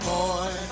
Boy